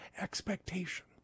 expectation